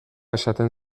esaten